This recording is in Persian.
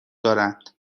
دارند